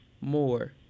more